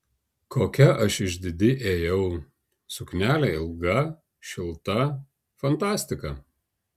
kokia aš išdidi ėjau suknelė ilga šilta fantastika